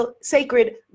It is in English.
sacred